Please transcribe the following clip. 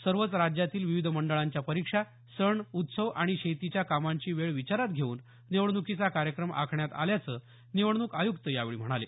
सर्वच राज्यांतील विविध मंडळांच्या परीक्षा सण उत्सव आणि शेतीच्या कामांची वेळ विचारात घेऊन निवडण्कीचा कार्यक्रम आखण्यात आल्याचं निवडणूक आय्क्त यावेळी म्हणाले